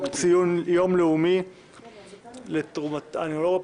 חוק להרחבת